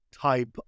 type